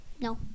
No